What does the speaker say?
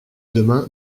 demain